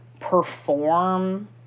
perform